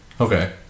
Okay